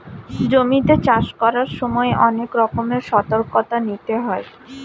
জমিতে চাষ করার সময় অনেক রকমের সতর্কতা নিতে হয়